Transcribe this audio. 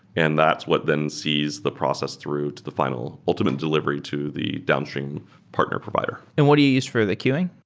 and that's what then sees the process through to the fi nal ultimate delivery to the downstream partner provider. and what do you use for the queuing?